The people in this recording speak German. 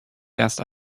erst